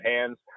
hands